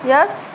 Yes